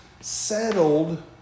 settled